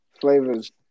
flavors